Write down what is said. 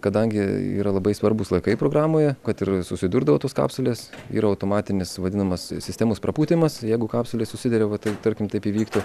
kadangi yra labai svarbūs laikai programoje kad ir susidurdavau tos kapsulės yra automatinis vadinamas sistemos prapūtimas jeigu kapsulės susiduria va taip tarkim taip įvyktų